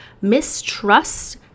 mistrust